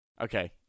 Okay